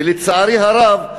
ולצערי הרב,